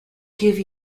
give